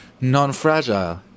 non-fragile